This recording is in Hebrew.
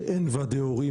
שאין ועדי הורים,